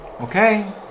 Okay